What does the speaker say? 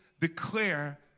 declare